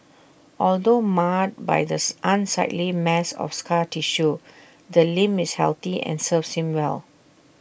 although marred by an unsightly mass of scar tissue the limb is healthy and serves him well